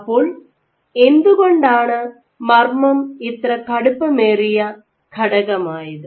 അപ്പോൾ എന്തുകൊണ്ടാണ് മർമ്മം ഇത്ര കടുപ്പമേറിയ ഘടകമായത്